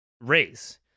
Race